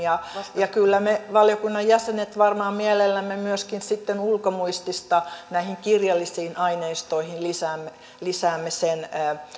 kyllä me valiokunnan jäsenet varmaan mielellämme myöskin ulkomuistista näihin kirjallisiin aineistoihin lisäämme lisäämme sen